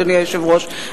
אדוני היושב-ראש,